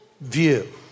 view